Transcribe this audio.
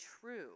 true